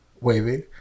Wavy